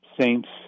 saints